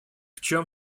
чем